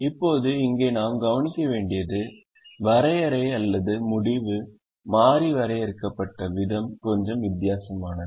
இப்போது இங்கே நாம் கவனிக்க வேண்டியது வரையறை அல்லது முடிவு மாறி வரையறுக்கப்பட்ட விதம் கொஞ்சம் வித்தியாசமானது